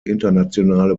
internationale